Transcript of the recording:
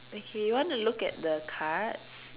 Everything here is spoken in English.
okay you want to look at the cards